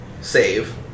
save